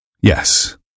yes